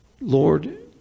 Lord